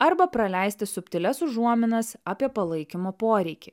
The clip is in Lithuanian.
arba praleisti subtilias užuominas apie palaikymo poreikį